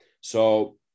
So-